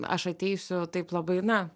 aš ateisiu taip labai na